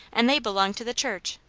and they belong to the church.